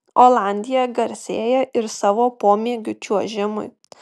olandija garsėja ir savo pomėgiu čiuožimui